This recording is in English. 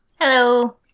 Hello